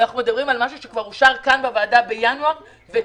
אנחנו מדברים על משהו שכבר אושר כאן בוועדה בינואר והוא